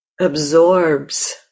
absorbs